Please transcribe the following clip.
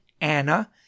Anna